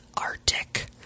Arctic